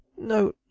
No